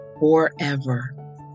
Forever